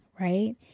right